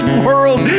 world